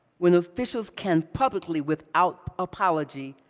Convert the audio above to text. when officials can publicly, without apology,